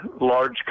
large